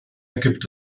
gibt